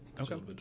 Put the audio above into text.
okay